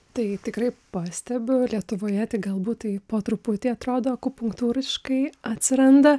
tai tikrai pastebiu lietuvoje tai galbūt taip po truputį atrodo akupunktūriškai atsiranda